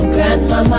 Grandma